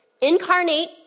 Incarnate